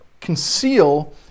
conceal